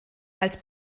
als